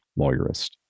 lawyerist